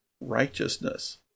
righteousness